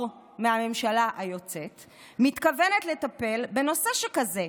מהממשלה היוצאת מתכוונת לטפל בנושא שכזה?